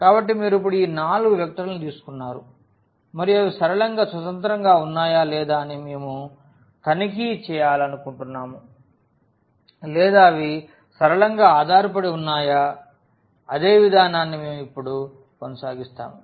కాబట్టి మీరు ఇప్పుడు ఈ 4 వెక్టర్లను తీసుకున్నారు మరియు అవి సరళంగా స్వతంత్రంగా ఉన్నాయా లేదా అని మేము తనిఖీ చేయాలనుకుంటున్నాము లేదా అవి సరళంగా ఆధారపడి ఉన్నాయా అదే విధానాన్ని మేము ఇప్పుడు కొనసాగిస్తాము